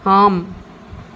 ஆம்